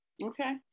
Okay